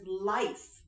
life